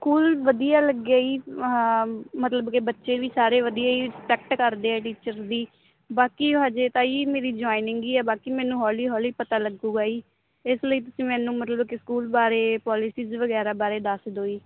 school ਵਧੀਆ ਲੱਗਿਆ ਜੀ ਮਤਲਬ ਕਿ ਬੱਚੇ ਵੀ ਸਾਰੇ ਵਧੀਆ ਜੀ ਰਸਪੈਕਟ ਕਰਦੇ ਹੈ ਟੀਚਰ ਦੀ ਬਾਕੀ ਹਜੇ ਤਾਂ ਜੀ ਮੇਰੀ ਜੋਆਇਨਿੰਗ ਹੀ ਹੈ ਬਾਕੀ ਮੈਨੂੰ ਹੋਲੀ ਹੋਲੀ ਪਤਾ ਲੱਗੂਗਾ ਜੀ ਇਸ ਲਈ ਤੁਸੀਂ ਮੈਨੂੰ ਮਤਲਬ ਕਿ ਸਕੂਲ ਬਾਰੇ ਪੋਲਸੀਜ ਵਗੈਰਾ ਬਾਰੇ ਦੱਸ ਦੋ ਜੀ